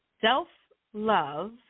Self-love